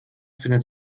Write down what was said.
findet